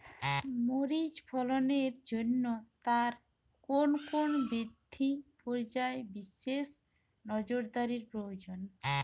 মরিচ ফলনের জন্য তার কোন কোন বৃদ্ধি পর্যায়ে বিশেষ নজরদারি প্রয়োজন?